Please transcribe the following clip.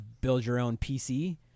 build-your-own-PC